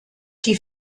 die